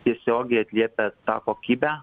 tiesiogiai atliepia tą kokybę